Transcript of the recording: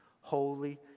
holy